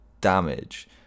damage